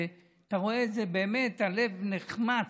ואתה רואה את זה ובאמת הלב נחמץ,